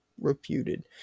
reputed